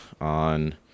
on